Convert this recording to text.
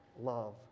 love